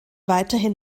weiterhin